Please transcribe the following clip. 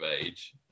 age